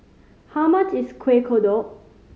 how much is Kueh Kodok